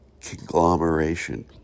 conglomeration